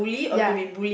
ya